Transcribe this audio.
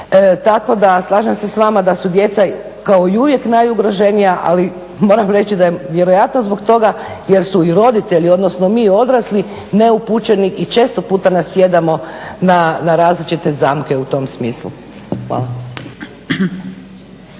Tako da slažem se s vama da su djeca kao i uvijek najugroženija ali moram reći da je vjerojatno zbog toga jer su i roditelji, odnosno mi odrasli, neupućeni i često puta nasjedamo na različite zamke u tom smislu. Hvala.